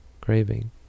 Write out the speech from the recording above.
craving